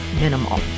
minimal